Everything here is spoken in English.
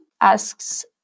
asks